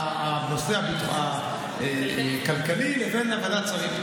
השר, זה על חשבון הזמן שלך.